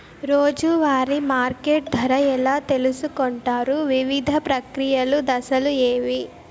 రోజూ వారి మార్కెట్ ధర ఎలా తెలుసుకొంటారు వివిధ ప్రక్రియలు దశలు ఏవి?